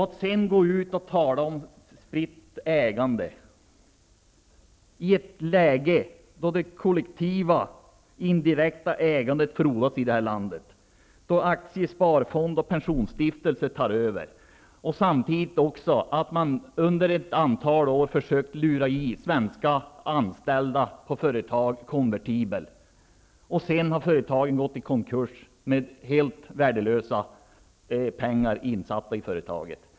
Att sedan tala om spritt ägande i ett läge då det kollektiva indirekta ägandet frodas, då aktiesparfonder och pensionsstiftelser tar över! Man har under ett antal år lurat anställda i svenska företag att köpa konvertibler. Sedan har företagen gått i konkurs och de pengar som satsats blivit helt värdelösa.